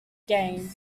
gang